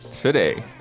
today